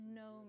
no